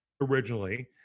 originally